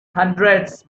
hundreds